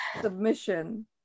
submission